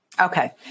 Okay